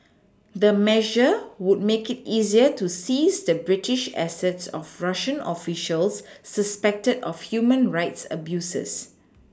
the measures would make it easier to seize the British assets of Russian officials suspected of human rights abuses